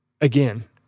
again